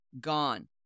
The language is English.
gone